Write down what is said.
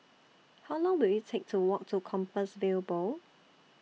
How Long Will IT Take to Walk to Compassvale Bow